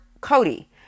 Cody